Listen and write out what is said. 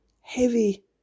heavy